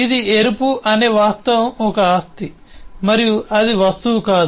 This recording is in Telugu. ఇది ఎరుపు అనే వాస్తవం ఒక ఆస్తి మరియు అది ఒక వస్తువు కాదు